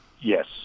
Yes